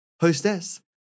hostess